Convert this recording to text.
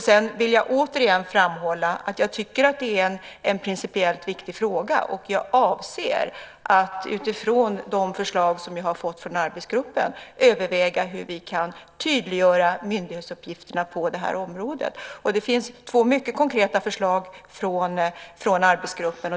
Sedan vill jag återigen framhålla att jag tycker att det är en principiellt viktig fråga. Jag avser att utifrån de förslag som jag har fått från arbetsgruppen överväga hur vi kan tydliggöra myndighetsuppgifterna på det här området. Det finns två mycket konkreta förslag från arbetsgruppen.